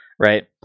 Right